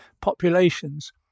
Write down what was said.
populations